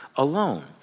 alone